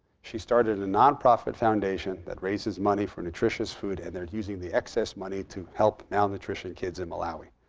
she started a nonprofit foundation that raises money for nutritious food. and they're using the excess money to help malnutrition kids in malawi.